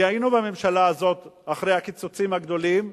כי היינו בממשלה הזאת אחרי הקיצוצים הגדולים,